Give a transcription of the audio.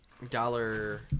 Dollar